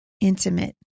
Intimate